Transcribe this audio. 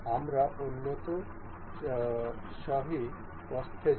আমরা উন্নত সাথী প্রস্থে যাব